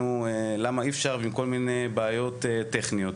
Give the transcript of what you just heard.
למה אי אפשר וכל מיני בעיות טכניות.